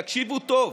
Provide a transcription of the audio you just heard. תקשיבו טוב: